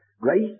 grace